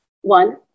One